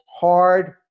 hard